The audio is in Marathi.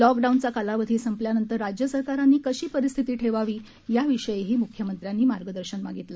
लॉकडाऊनचा कालावधी संपल्यानंतर राज्य सरकारांनी कशी परिस्थिती ठेवावी याविषयीही मुख्यमंत्र्यांनी मार्गदर्शन मागितलं